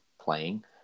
playing